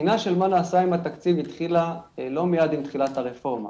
הבחינה של מה נעשה עם התקציב התחילה לא מיד עם תחילת הרפורמה.